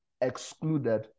excluded